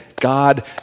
God